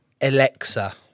Alexa